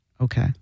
Okay